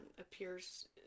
appears